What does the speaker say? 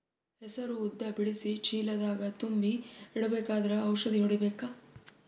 ಹೆಸರು ಉದ್ದ ಬಿಡಿಸಿ ಚೀಲ ದಾಗ್ ತುಂಬಿ ಇಡ್ಬೇಕಾದ್ರ ಔಷದ ಹೊಡಿಬೇಕ?